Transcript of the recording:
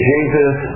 Jesus